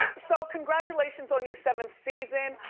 so congratulations on your seventh season.